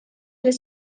les